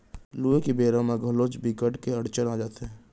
लूए के बेरा म घलोक बिकट के अड़चन आ जाथे